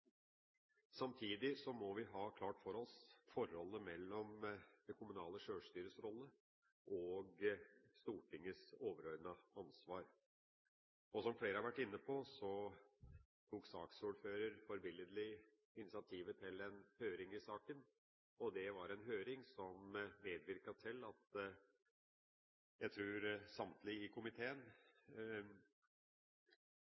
må vi ha klart for oss forholdet mellom det kommunale sjølstyrets rolle og Stortingets overordnede ansvar. Som flere har vært inne på, tok saksordføreren forbilledlig initiativet til en høring i saken, og det var en høring som medvirket til at jeg tror at samtlige i komiteen